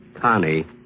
Connie